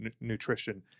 nutrition